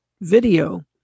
video